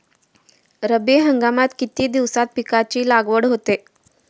रब्बी हंगामात किती दिवसांत पिकांची लागवड होते?